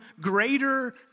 greater